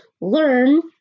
learn